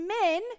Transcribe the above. men